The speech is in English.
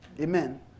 Amen